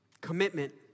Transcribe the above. Commitment